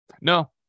No